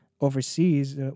overseas